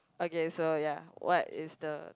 okay so ya what is the